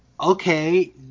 okay